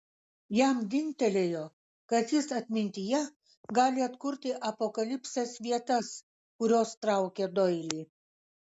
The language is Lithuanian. jam dingtelėjo kad jis atmintyje gali atkurti apokalipsės vietas kurios traukė doilį